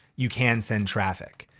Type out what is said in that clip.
you can send traffic.